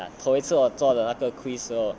头一次我做的那个 quiz 之后